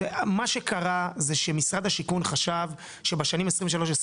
מה שקרה זה שמשרד השיכון חשב שבשנים 23-24